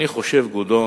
אני חושב, כבודו,